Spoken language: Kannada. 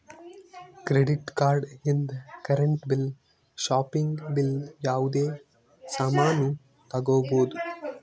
ಕ್ರೆಡಿಟ್ ಕಾರ್ಡ್ ಇಂದ್ ಕರೆಂಟ್ ಬಿಲ್ ಶಾಪಿಂಗ್ ಬಿಲ್ ಯಾವುದೇ ಸಾಮಾನ್ನೂ ತಗೋಬೋದು